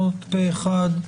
פה אחד.